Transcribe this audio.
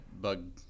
bug